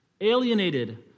alienated